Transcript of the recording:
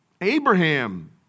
Abraham